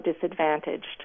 disadvantaged